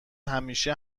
همیشه